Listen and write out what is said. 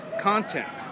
content